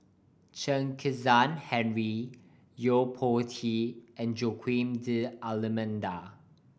Chen Kezhan Henri Yo Po Tee and Joaquim D'Almeida